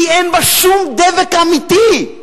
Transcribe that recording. כי אין בה שום דבק אמיתי.